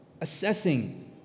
assessing